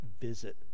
visit